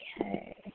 Okay